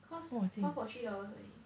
cause one for three dollars only